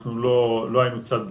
אנחנו לא היינו צד בדיון.